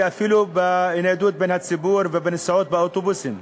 ואפילו בניידות בציבור ובנסיעות באוטובוסים.